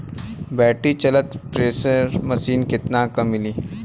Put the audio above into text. Battery चलत sprayer machine कितना क मिली?